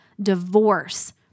divorce